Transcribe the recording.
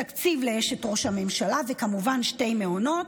תקציב לאשת ראש הממשלה וכמובן שני מעונות,